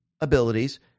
abilities